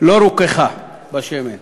ולא רֻככה בשמן".